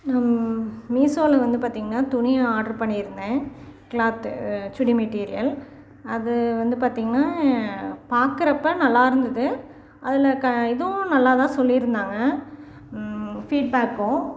நான் மீசோவில் வந்து பார்த்தீங்கன்னா துணியை ஆட்ரு பண்ணியிருந்தேன் கிளாத்து சுடி மெட்டீரியல் அது வந்து பார்த்தீங்கன்னா பார்க்குறப்ப நல்லா இருந்தது அதில் க இதுவும் நல்லா தான் சொல்லியிருந்தாங்க ஃபீட் பேக்கும்